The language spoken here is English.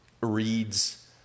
reads